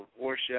worship